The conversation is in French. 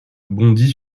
bondit